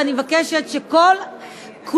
אני מבקשת שכולם,